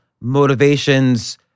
motivations